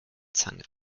zange